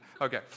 Okay